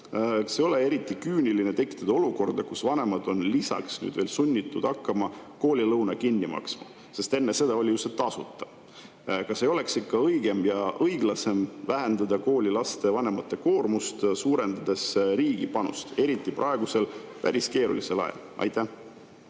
on eriti küüniline tekitada olukord, kus vanemad on lisaks sunnitud hakkama koolilõunat kinni maksma? Sest enne seda oli see ju tasuta. Kas ei oleks ikka õigem ja õiglasem vähendada koolilaste vanemate koormust, suurendades riigi panust, eriti praegusel päris keerulisel ajal?